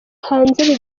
hanze